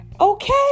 Okay